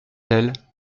elle